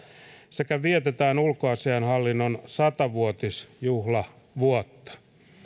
sekä vietetään ulkoasiainhallinnon sata vuotisjuhlavuotta